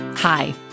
Hi